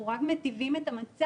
אנחנו רק מיטיבים את המצב,